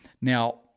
Now